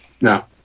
No